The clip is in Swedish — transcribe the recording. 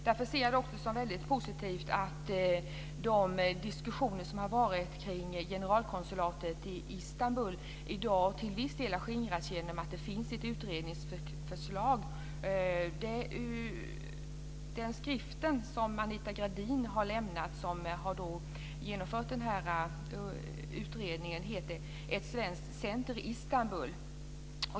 Därför ser jag det också som väldigt positivt att de diskussioner som varit kring generalkonsulatet i Istanbul i dag till viss del har skingrats genom att det finns ett utredningsförslag. Den skrift som Anita Gradin som har genomfört utredningen har lämnat heter: Ett svenskt center i Istanbul.